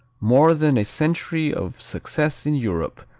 more than a century of success in europe,